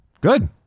Good